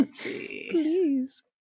Please